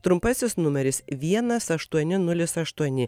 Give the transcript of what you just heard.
trumpasis numeris vienas aštuoni nulis aštuoni